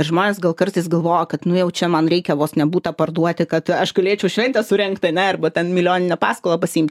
žmonės gal kartais galvoja kad nu jau čia man reikia vos ne butą parduoti kad aš galėčiau šventę surengt ne arba ten milijoninę paskolą pasiimt